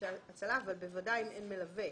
שירותי הצלה אבל בוודאי אם אין מלווה.